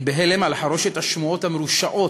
אני בהלם על חרושת השמועות המרושעות,